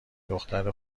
دختر